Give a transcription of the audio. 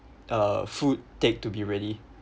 uh food take to be ready